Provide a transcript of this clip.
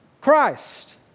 Christ